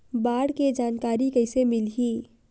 बाढ़ के जानकारी कइसे मिलही?